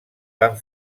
van